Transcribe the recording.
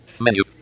Menu